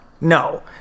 no